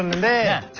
mat.